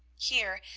here,